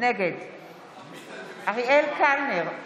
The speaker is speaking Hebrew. נגד אריאל קלנר,